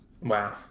Wow